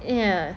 ya